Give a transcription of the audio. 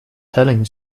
telling